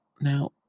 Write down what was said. Now